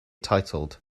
titled